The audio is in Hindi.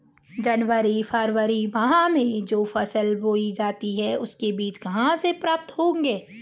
जनवरी फरवरी माह में जो फसल बोई जाती है उसके बीज कहाँ से प्राप्त होंगे?